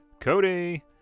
Cody